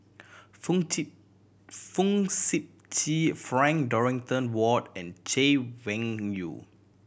Fong Trip Fong Sip Chee Frank Dorrington Ward and Chay Weng Yew